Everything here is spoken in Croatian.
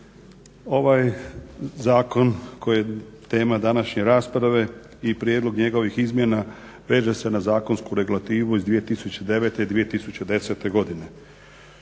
Ovaj zakon koji je tema današnje rasprave i prijedlog njegovih izmjena veže se na zakonsku regulativu iz 2009. i 2010. godine.